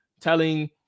telling